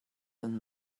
than